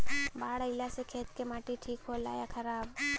बाढ़ अईला से खेत के माटी ठीक होला या खराब?